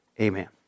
amen